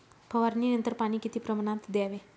फवारणीनंतर पाणी किती प्रमाणात द्यावे?